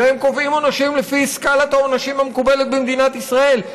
והם קובעים עונשים לפי סקאלת העונשים המקובלת במדינת ישראל.